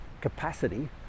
capacity